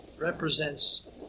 represents